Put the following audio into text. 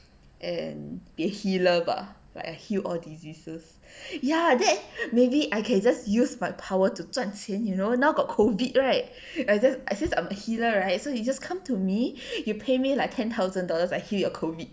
and be a healer bah like I heal all diseases ya that maybe I can just use by power to 赚钱 you know now got COVID right I just I since I'm a healer right so you just come to me you pay me like ten thousand dollars I'll heal your COVID